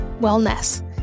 Wellness